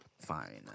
Fine